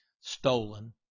stolen